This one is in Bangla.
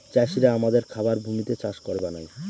চাষিরা আমাদের খাবার ভূমিতে চাষ করে বানায়